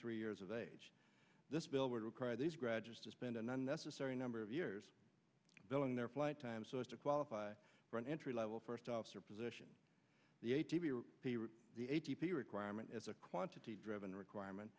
three years of age this bill would require these graduates to spend an unnecessary number of years building their flight time so as to qualify for an entry level first officer position the a t p requirement as a quantity driven requirement